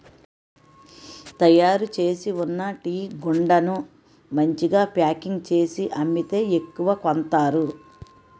తయారుచేసి ఉన్న టీగుండను మంచిగా ప్యాకింగ్ చేసి అమ్మితే ఎక్కువ కొంతారు